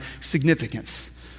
significance